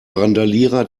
randalierer